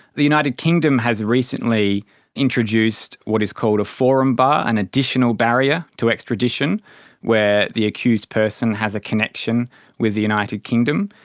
the united kingdom has recently introduced what is called a forum bar, an additional barrier to extradition where the accused person has a connection with the united kingdom,